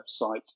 website